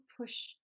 push